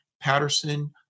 Patterson